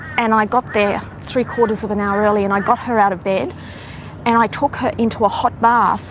and i got there three quarters of an hour early and i got her out of bed and i took her into a hot bath